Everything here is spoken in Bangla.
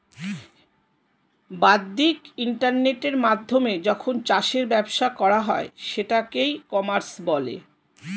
বাদ্দিক ইন্টারনেটের মাধ্যমে যখন চাষের ব্যবসা করা হয় সেটাকে ই কমার্স বলে